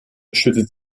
schüttet